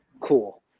cool